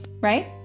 Right